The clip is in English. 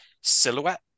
silhouette